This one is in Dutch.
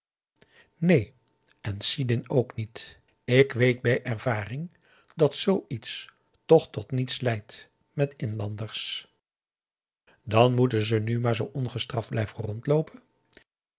neen en sidin ook niet ik weet bij ervaring dat zoo iets toch tot niets leidt met inlanders dan moeten ze nu maar zoo ongestraft blijven rondloopen